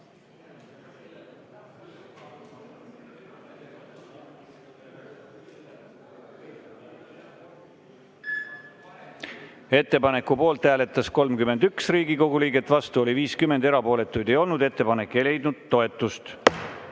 Ettepaneku poolt hääletas 34 Riigikogu liiget, vastu 50, erapooletuid ei olnud. Ettepanek ei leidnud toetust.39.